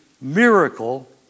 miracle